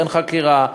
אין חקירה,